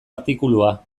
artikulua